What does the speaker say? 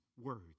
words